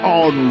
on